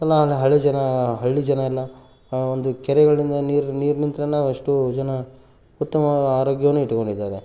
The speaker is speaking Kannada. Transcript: ಹಳೆ ಜನ ಹಳ್ಳಿ ಜನ ಎಲ್ಲ ಒಂದು ಕೆರೆಗಳಿಂದ ನೀರು ನೀರು ನಿಂತರೆ ನಾವು ಅಷ್ಟು ಜನ ಉತ್ತಮವಾದ ಆರೋಗ್ಯವನ್ನು ಇಟ್ಕೊಂಡಿದ್ದಾರೆ